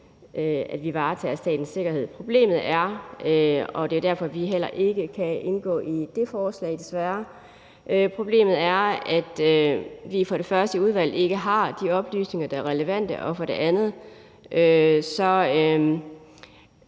at vi varetager statens sikkerhed. Problemet er for det første – og det er derfor, at vi heller ikke kan indgå i det forslag, desværre – at vi i udvalget ikke har de oplysninger, der er relevante, og for det andet